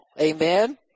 Amen